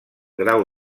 grau